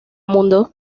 mundo